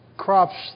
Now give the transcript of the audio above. Crops